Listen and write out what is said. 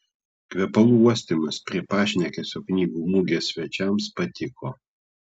kvepalų uostymas prie pašnekesio knygų mugės svečiams patiko